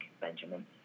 Benjamin